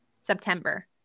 September